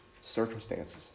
circumstances